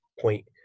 point